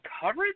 coverage